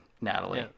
natalie